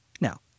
Now